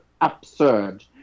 absurd